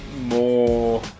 more